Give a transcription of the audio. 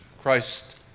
Christ